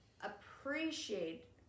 appreciate